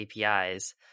APIs